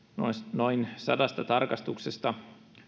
noin sadasta tarkastuksesta